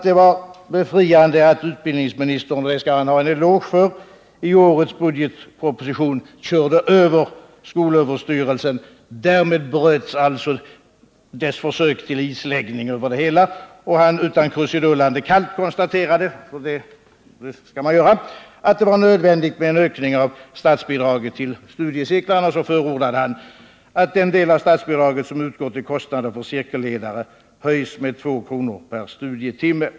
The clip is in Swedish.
Det var befriande att utbildningsministern — vilket han skall ha en eloge för —- i årets budgetproposition körde över skolöverstyrelsen. Därmed bröts dess försök till isläggning över frågan. Utbildningsministern konstaterade kallt, utan krusidullande, att det var nödvändigt med en ökning av statbidraget till studiecirklarna och förordade att den del av bidraget som utgår till kostnader för cirkelledare höjs med 2 kr. per studietimme.